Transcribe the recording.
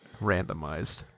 randomized